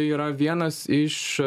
yra vienas iš